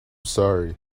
sorry